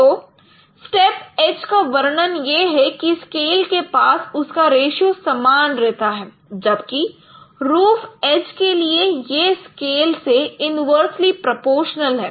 तो step edge का वर्णन यह है कि स्केल के पास उसका रेशियो समान रहता है जबकि रूफ़ एज के लिए यह स्केल से इन्वर्सली प्रोपोर्शनल है